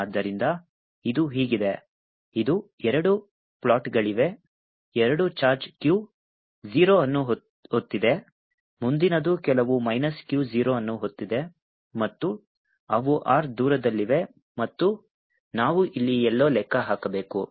ಆದ್ದರಿಂದ ಇದು ಹೀಗಿದೆ ಇದು ಎರಡು ಪ್ಲೇಟ್ಗಳಿವೆ ಎರಡೂ ಚಾರ್ಜ್ Q 0 ಅನ್ನು ಹೊತ್ತಿದೆ ಮುಂದಿನದು ಕೆಲವು ಮೈನಸ್ Q 0 ಅನ್ನು ಹೊತ್ತಿದೆ ಮತ್ತು ಅವು R ದೂರದಲ್ಲಿವೆ ಮತ್ತು ನಾವು ಇಲ್ಲಿ ಎಲ್ಲೋ ಲೆಕ್ಕ ಹಾಕಬೇಕು